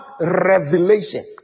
revelation